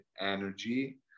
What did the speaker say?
energy